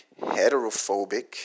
heterophobic